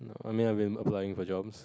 I mean I been applying for job